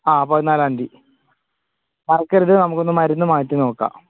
ആ പതിനാലാംന്തി മറക്കരുത് നമുക്കൊന്ന് മരുന്നു മാറ്റി നോക്കാം